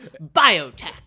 Biotech